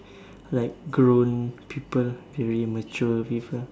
like grown people very mature people